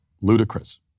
ludicrous